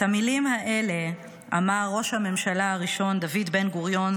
את המילים האלה אמר ראש הממשלה הראשון דוד בן-גוריון,